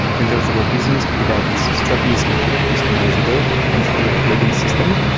and reasons that strapi is completely customizable. thanks to a plug-in system.